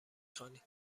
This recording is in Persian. خوانید